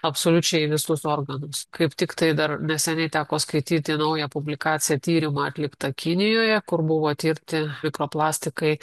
absoliučiai į visus organus kaip tik tai dar neseniai teko skaityti naują publikaciją tyrimą atliktą kinijoje kur buvo tirti mikroplastikai